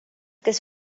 kes